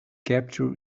capture